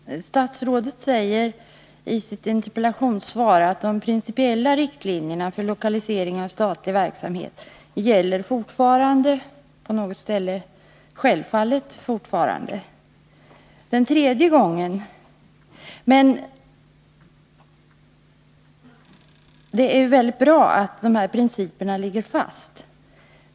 Herr talman! Statsrådet säger i sitt interpellationssvar att de principiella riktlinjerna för lokalisering av statlig verksamhet gäller fortfarande — på ett ställe står det ”självfallet fortfarande”. Det är mycket bra att dessa principer ligger fast.